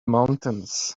mountains